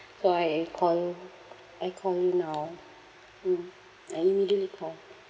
so I I call I call now mm I immediately call